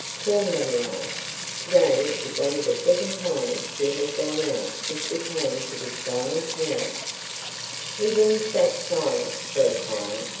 poor madeline! to-day is only the second time she has gone out since we came to this vile town he then sat silent for a time,